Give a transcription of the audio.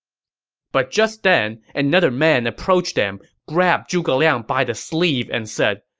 but just then, another man approached them, grabbed zhuge liang by the sleeve, and said,